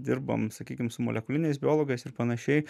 dirbam sakykim su molekuliniais biologais ir panašiai